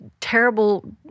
terrible